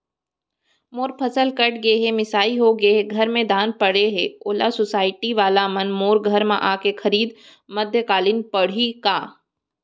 मोर फसल कट गे हे, मिंजाई हो गे हे, घर में धान परे हे, ओला सुसायटी वाला मन मोर घर म आके खरीद मध्यकालीन पड़ही का?